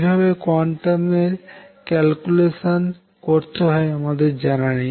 কিভাবে কোয়ান্টাম এর ক্যাল্কুলেশান করতে হয় আমাদের জানা নেই